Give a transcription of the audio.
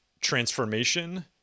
transformation